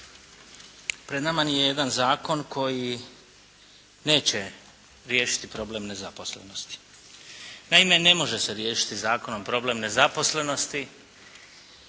Pred nama je jedan zakon koji neće riješiti problem nezaposlenosti. Naime ne može se riješiti zakonom problem nezaposlenosti.